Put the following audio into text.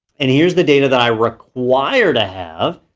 and here's the data that i require to have.